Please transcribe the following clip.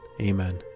Amen